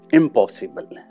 impossible